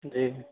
जी